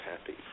happy